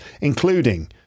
including